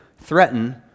threaten